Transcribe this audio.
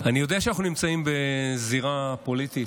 שאני יודע שאנחנו נמצאים בזירה פוליטית,